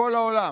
בכל העולם,